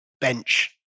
bench